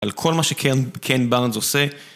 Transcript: על כל מה שקיין בארנס עושה.